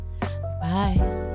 Bye